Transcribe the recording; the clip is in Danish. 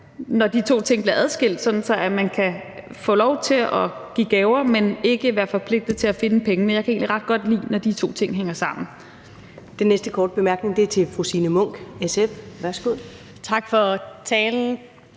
når de to ting bliver adskilt, sådan at man kan få lov til at give gaver, men ikke være forpligtet til at finde pengene. Jeg kan egentlig ret godt lide, når de to ting hænger sammen.